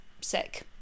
sick